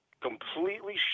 completely